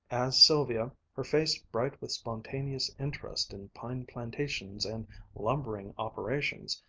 as sylvia, her face bright with spontaneous interest in pine plantations and lumbering operations,